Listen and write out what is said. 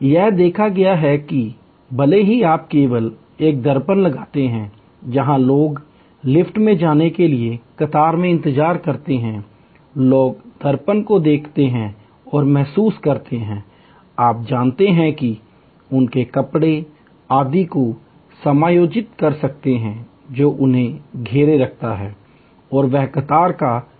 यह देखा गया है कि भले ही आप केवल एक दर्पण लगाते हैं जहां लोग लिफ्ट में जाने के लिए कतार में इंतजार करते हैं लोग दर्पण को देखते हैं और महसूस करते हैं आप जानते हैं कि उनके कपड़े आदि को समायोजित कर सकते हैं जो उन्हें घेरे रखता है और वह कतार का प्रबंधन बेहतर है